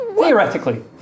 theoretically